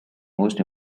most